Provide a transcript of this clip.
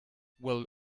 will